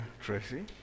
Tracy